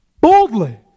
boldly